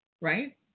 right